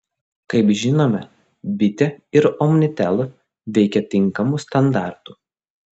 kaip žinome bitė ir omnitel veikia tinkamu standartu